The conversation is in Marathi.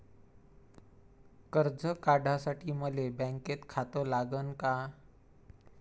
कर्ज काढासाठी मले बँकेत खातं लागन का?